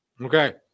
Okay